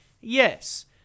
Yes